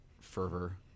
fervor